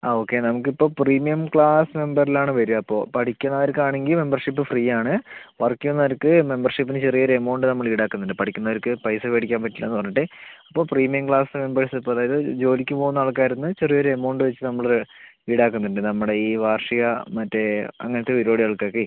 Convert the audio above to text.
ആ ഓക്കെ നമുക്ക് ഇപ്പം പ്രീമിയം ക്ലാസ്സ് മെമ്പറിൽ ആണ് വരിക അപ്പം പഠിക്കുന്നവർക്ക് ആണെങ്കിൽ മെമ്പർഷിപ്പ് ഫ്രീ ആണ് വർക്ക് ചെയ്യുന്നവർക്ക് മെമ്പർഷിപ്പിന് ചെറിയ ഒര് എമൗണ്ട് നമ്മള് ഈടാക്കുന്നുണ്ട് പഠിക്കുന്നവർക്ക് പൈസ മേടിക്കാൻ പറ്റില്ലാന്ന് പറഞ്ഞിട്ട് അപ്പോൾ പ്രീമിയം ക്ലാസ്സ് മെമ്പർഷിപ്പ് അതായത് ജോലിക്ക് പോവുന്ന ആൾക്കാരിൽ നിന്ന് ചെറിയ ഒര് എമൗണ്ട് വെച്ച് നമ്മള് ഈടാക്കുന്നുണ്ട് നമ്മുടെ ഈ വാർഷിക മറ്റെ അങ്ങനത്തെ പരിപാടികൾക്ക് ഒക്കെ